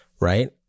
right